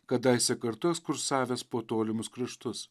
kadaise kartu ekskursavęs po tolimus kraštus